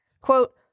Quote